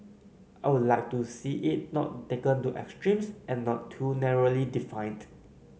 I would like to see it not taken to extremes and not too narrowly defined